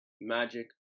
magic